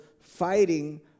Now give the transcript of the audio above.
fighting